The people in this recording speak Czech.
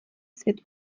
svět